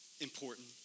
important